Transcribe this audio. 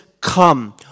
come